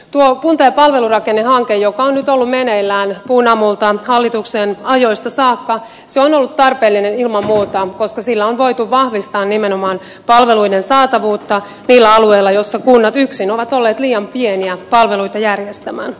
kunta ja palvelurakennehanke joka on nyt ollut meneillään punamultahallituksen ajoista saakka on ollut tarpeellinen ilman muuta koska sillä on voitu vahvistaa nimenomaan palveluiden saatavuutta niillä alueilla missä kunnat yksin ovat olleet liian pieniä palveluita järjestämään